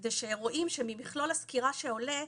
זה שרואים שממכלול הסקירה שעולה,